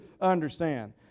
understand